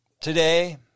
today